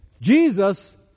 Jesus